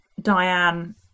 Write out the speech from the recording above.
Diane